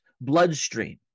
bloodstream